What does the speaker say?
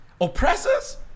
oppressors